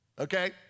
Okay